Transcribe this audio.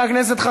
גזענים.